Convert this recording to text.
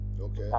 Okay